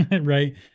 Right